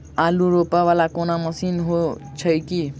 आलु रोपा वला कोनो मशीन हो छैय की?